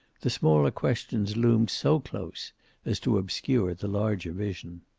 the smaller questions loomed so close as to obscure the larger vision.